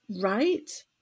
right